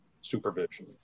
supervision